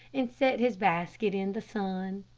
and set his basket in the sun,